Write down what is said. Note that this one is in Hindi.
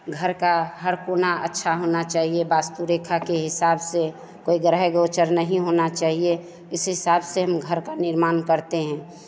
घर का हर कोना अच्छा होना चाहिए वास्तु रेखा के हिसाब से कोई ग्रह गोचर नहीं होना चाहिए इस हिसाब से हम घर का निर्माण करते हैं